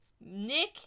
Nick